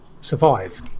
survive